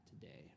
today